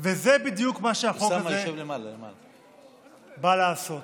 וזה בדיוק מה שהחוק הזה בא לעשות.